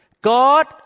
God